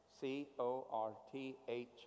C-O-R-T-H